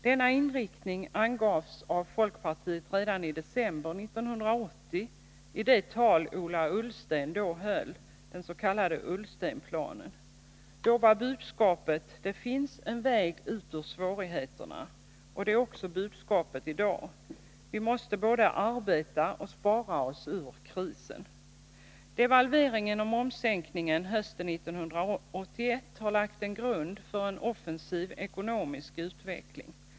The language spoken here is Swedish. Denna inriktning angavs av folkpartiet redan i december 1980 i det tal som Ola Ullsten då höll, den s.k. Ullstenplanen. Då var budskapet: Det finns en väg ut ur svårigheterna. Det är också budskapet i dag. Vi måste både arbeta och spara oss ur krisen. Devalveringen och momssänkningen hösten 1981 har lagt en grund för en offensiv ekonomisk utveckling.